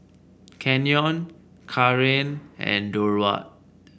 Canyon Kaaren and Durward